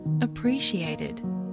appreciated